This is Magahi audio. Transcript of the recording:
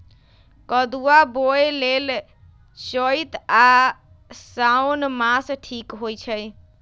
कदुआ बोए लेल चइत आ साओन मास ठीक होई छइ